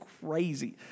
crazy